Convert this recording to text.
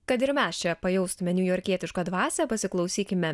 kad ir mes čia pajaustume niujorkietišką dvasią pasiklausykime